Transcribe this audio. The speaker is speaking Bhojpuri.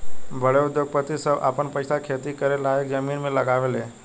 बड़ उद्योगपति सभ आपन पईसा खेती करे लायक जमीन मे लगावे ले